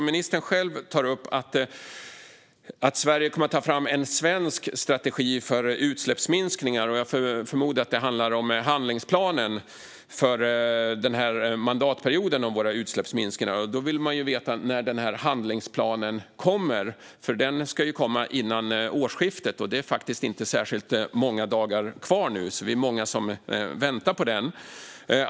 Ministern nämner själv att Sverige kommer att ta fram en svensk strategi för utsläppsminskningar. Jag förmodar att det handlar om handlingsplanen gällande utsläppsminskningar för den här mandatperioden. Då vill man veta när handlingsplanen kommer. Den ska ju komma före årsskiftet, och det är faktiskt inte många dagar kvar nu. Vi är många som väntar på den.